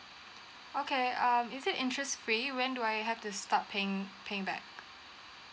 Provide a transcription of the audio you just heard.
okay um is it interest free when do I have to start paying paying back